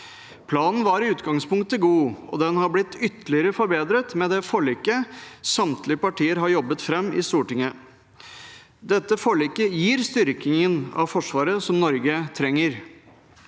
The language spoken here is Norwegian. Planen var i utgangspunktet god, og den har blitt ytterligere forbedret med det forliket samtlige partier har jobbet fram i Stortinget. Dette forliket gir den styrkingen av Forsvaret som Norge trenger.